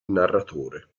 narratore